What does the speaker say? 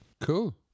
Cool